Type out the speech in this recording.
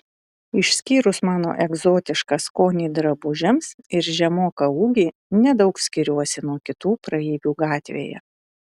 išskyrus mano egzotišką skonį drabužiams ir žemoką ūgį nedaug skiriuosi nuo kitų praeivių gatvėje